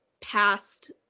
past